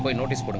but notice but